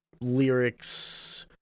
lyrics